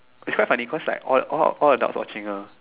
it's quite funny cause like all all the dogs watching her